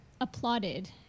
applauded